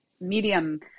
medium